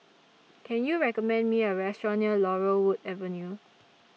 Can YOU recommend Me A Restaurant near Laurel Wood Avenue